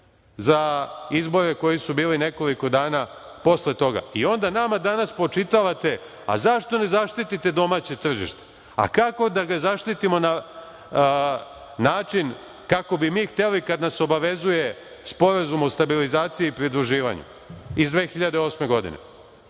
za izbore koji su bili nekoliko dana posle toga. I onda nama danas spočitavate - a zašto ne zaštitite domaće tržište. A kako da ga zaštitimo na način kako bi mi hteli kad nas obavezuje Sporazum o stabilizaciji i pridruživanju iz 2008. godine,